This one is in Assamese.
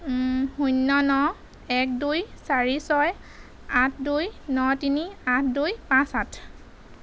শূন্য ন এক দুই চাৰি ছয় আঠ দুই ন তিনি আঠ দুই পাঁচ আঠ